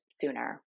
sooner